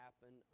happen